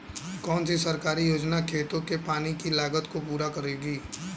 कौन सी सरकारी योजना खेतों के पानी की लागत को पूरा करेगी?